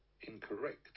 incorrect